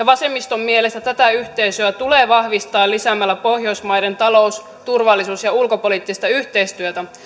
vasemmiston mielestä tätä yhteisöä tulee vahvistaa lisäämällä pohjoismaiden talous turvallisuus ja ulkopoliittista yhteistyötä